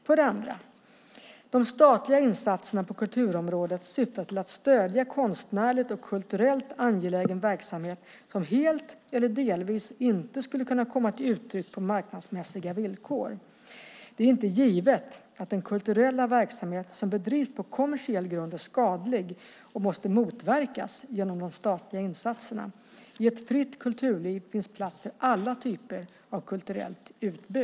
För det andra: De statliga insatserna på kulturområdet syftar till att stödja konstnärligt och kulturellt angelägen verksamhet som helt eller delvis inte skulle kunna komma till uttryck på marknadsmässiga villkor. Det är inte givet att den kulturella verksamhet som bedrivs på kommersiell grund är skadlig och måste motverkas genom de statliga insatserna. I ett fritt kulturliv finns plats för alla typer av kulturellt utbud.